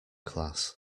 class